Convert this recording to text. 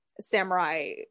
samurai